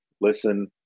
listen